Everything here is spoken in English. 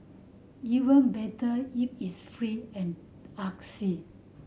even better if it's free and artsy